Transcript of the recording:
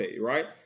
right